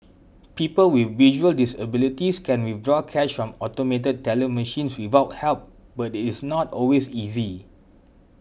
people with visual disabilities can withdraw cash from automated teller machines without help but is not always easy